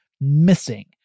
missing